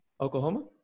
oklahoma